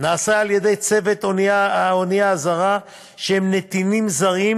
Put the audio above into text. נעשה על-ידי צוות האונייה הזרה, שהם נתינים זרים,